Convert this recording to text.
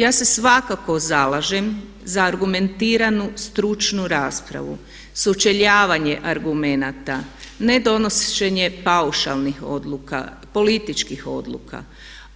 Ja se svakako zalažem za argumentiranu stručnu raspravu, sučeljavanje argumenata, ne donošenje paušalnih odluka, političkih odluka